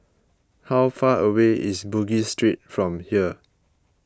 how far away is Bugis Street from here